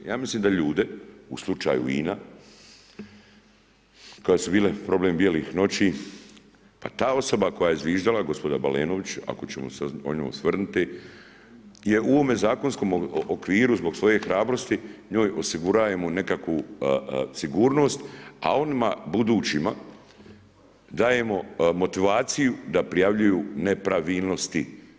Ja mislim da ljude, u slučaju INA, kad su bili problem Bijelih noći, pa tada osoba koja je zviždala, gospođa Balenović, ako ćemo se na nju osvrnuti, je u ovome zakonskom okviru zbog svoje hrabrosti, njoj osiguravamo nekakvu sigurnost, a onima budućima dajemo motivaciju da prijavljuju nepravilnosti.